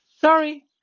sorry